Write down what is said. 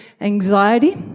anxiety